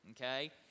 okay